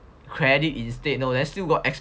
credit instead you know still got expiry